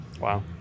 Wow